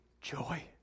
joy